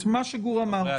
מה שגור אמר.